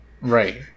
Right